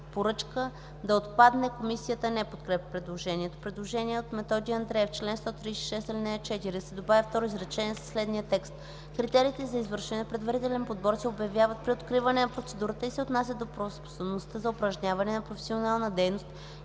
поръчка” да отпадне. Комисията не подкрепя предложението. Предложение от Методи Андреев: „В чл. 136, ал. 4 се добавя второ изречение със следния текст: „Критериите за извършване на предварителен подбор се обявяват при откриване на процедурата и се отнасят до правоспособността за упражняване на професионална дейност